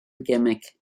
gimmick